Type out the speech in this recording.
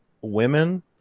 Women